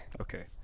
okay